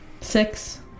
Six